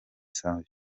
savio